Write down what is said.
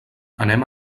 anem